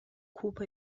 cupo